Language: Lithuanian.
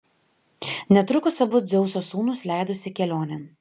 netrukus abu dzeuso sūnūs leidosi kelionėn